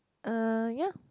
uh ya